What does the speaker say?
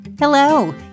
Hello